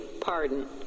pardon